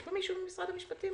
יש פה מישהו ממשרד המשפטים?